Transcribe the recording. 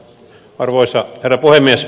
arvoisa herra puhemies